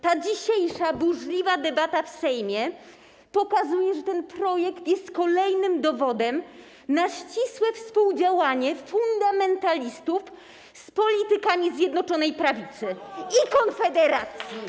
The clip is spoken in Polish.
Ta dzisiejsza burzliwa debata w Sejmie pokazuje, że ten projekt jest kolejnym dowodem na ścisłe współdziałanie fundamentalistów z politykami Zjednoczonej Prawicy i Konfederacji.